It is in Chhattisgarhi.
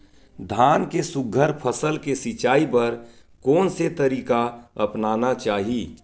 धान के सुघ्घर फसल के सिचाई बर कोन से तरीका अपनाना चाहि?